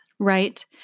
Right